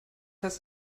heißt